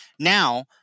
Now